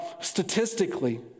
statistically